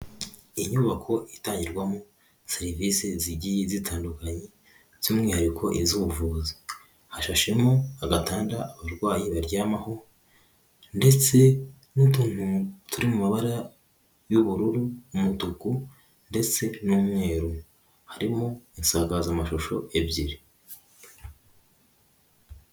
Inyubako itangirwamo serivisi zigiye zitandukanye by'umwihariko iz'ubuvuzi, hashashemo agatanda abarwayi baryamaho ndetse n'utuntu turi mu mabara y'ubururu, umutuku ndetse n'umweru, harimo insakazamashusho ebyiri.